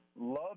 love